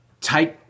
take